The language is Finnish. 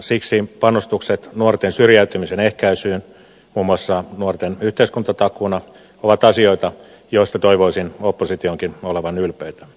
siksi panostukset nuorten syrjäytymisen ehkäisyyn muun muassa nuorten yhteiskuntatakuuna ovat asioita joista toivoisin oppositionkin olevan ylpeä